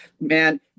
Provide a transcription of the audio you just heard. man